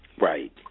Right